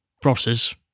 process